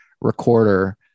recorder